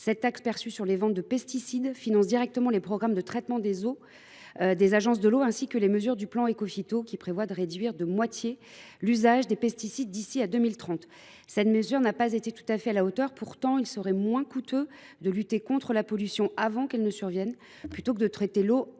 Cette taxe, perçue sur les ventes de pesticides, finance directement les programmes de traitement des eaux des agences de l’eau, ainsi que les mesures du plan Écophyto, qui prévoit de réduire de moitié l’usage des pesticides d’ici à 2030. Cette mesure n’a pas été tout à fait à la hauteur. Pourtant, il serait moins coûteux de lutter contre la pollution avant qu’elle ne survienne, plutôt que de traiter l’eau